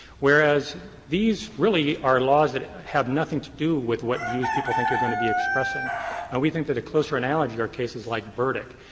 whereas these really are laws that have nothing to do with what views people think you are going to be expressing. and we think that a closer analogy are cases like burdick,